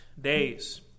days